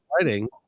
writing